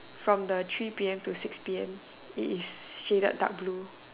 from the three P_M to six P_M it is shaded dark blue